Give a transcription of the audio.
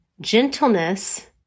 gentleness